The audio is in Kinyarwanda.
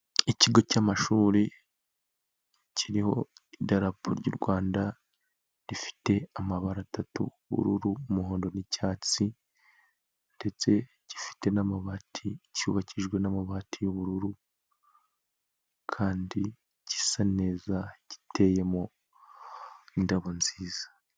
Ikigo cy'amashuri kiriho idarapo ry'u Rwanda rifite amabara atatu, ubururu, umuhondo, n'icyatsi, ndetse gifite n'amabati cyubakijwe n'amabati y'ubururu, kandi gisa neza giteyemo indabo nziza.